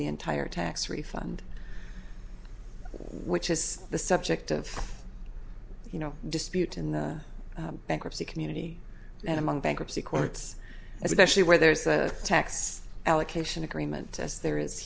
the entire tax refund which is the subject of you know dispute in the bankruptcy community and among bankruptcy courts especially where there is a tax allocation agreement as there is